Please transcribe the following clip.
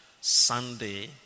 Sunday